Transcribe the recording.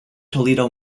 toledo